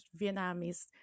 Vietnamese